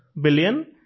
billion